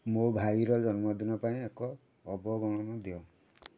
ମୋ ଭାଇର ଜନ୍ମଦିନ ପାଇଁ ଏକ ଅବଗଣନ ଦିଅ